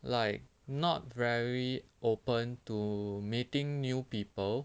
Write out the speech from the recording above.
like not very open to meeting new people